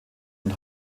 und